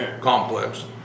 complex